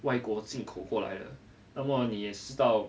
外国进口过来的那么你也知道